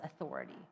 authority